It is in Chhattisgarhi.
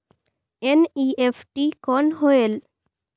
एन.ई.एफ.टी कौन होएल?